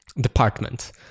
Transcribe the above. department